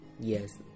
Yes